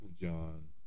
John